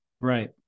Right